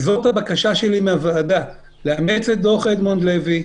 זאת הבקשה שלי מהוועדה, לאמץ את דוח אדמונד לוי,